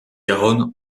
garonne